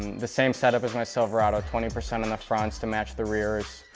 the same setup as my silverado, twenty percent on the fronts to match the rears.